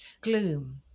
gloom